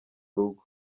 rugo